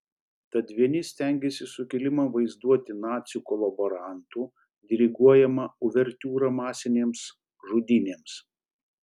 tad vieni stengiasi sukilimą vaizduoti nacių kolaborantų diriguojama uvertiūra masinėms žudynėms